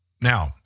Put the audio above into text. Now